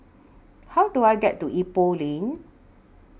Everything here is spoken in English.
How Do I get to Ipoh Lane